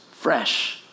fresh